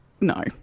No